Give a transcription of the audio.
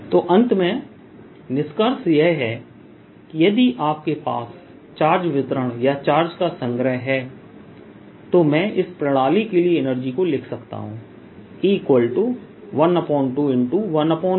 तो अंत में निष्कर्ष यह है कि यदि आपके पास चार्ज वितरण या चार्ज का संग्रह है तो मैं इस प्रणाली के लिए एनर्जी को लिख सकता हूं E1214π0∬rρr